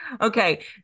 Okay